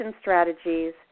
strategies